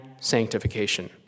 sanctification